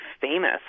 famous